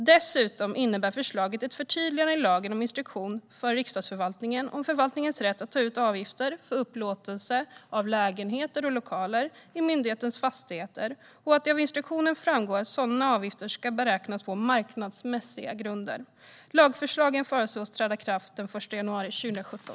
Dessutom innebär förslaget ett förtydligande i lagen med instruktion för Riksdagsförvaltningen om förvaltningens rätt att ta ut avgifter för upplåtelser av lägenheter och lokaler i myndighetens fastigheter och att det av instruktionen framgår att sådana avgifter ska beräknas på marknadsmässiga grunder. Lagförslagen föreslås träda i kraft den 1 januari 2017.